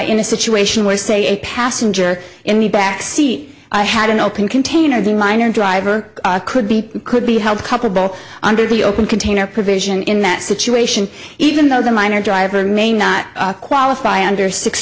in a situation where say a passenger in the back seat i had an open container the minor driver could be could be held culpable under the open container provision in that situation even though the minor driver may not qualify under six